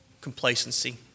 complacency